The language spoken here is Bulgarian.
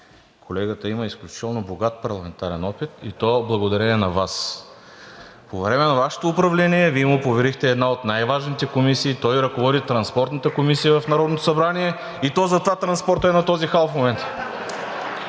Колегата има изключително богат парламентарен опит, и то благодарение на Вас. По време на Вашето управление Вие му поверихте една от най-важните комисии, той ръководи Транспортната комисия в Народното събрание, то затова транспортът е на този хал в момента.